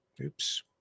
Oops